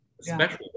special